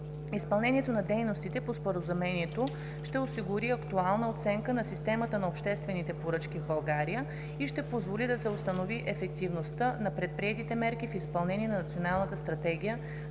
Изпълнението на дейностите по Споразумението ще осигури актуална оценка на системата на обществените поръчки в България и ще позволи да се установи ефективността на предприетите мерки в изпълнение на Националната стратегия